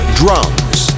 drums